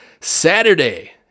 Saturday